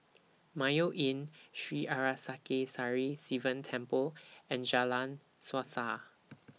Mayo Inn Sri Arasakesari Sivan Temple and Jalan Suasa